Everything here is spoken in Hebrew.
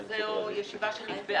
זו ישיבה שנקבע